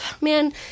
Man